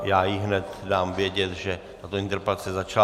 Já jí hned dám vědět, že tato interpelace začala.